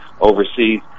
overseas